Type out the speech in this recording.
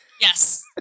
Yes